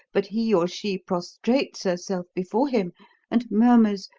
but he or she prostrates herself before him and murmurs,